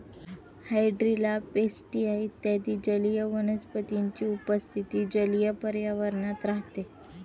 hydrilla, pistia इत्यादी जलीय वनस्पतींची उपस्थिती जलीय पर्यावरणात राहते